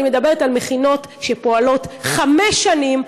אני מדברת על מכינות שפועלות חמש שנים,